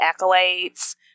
accolades